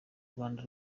rwanda